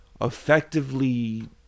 Effectively